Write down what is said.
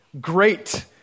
great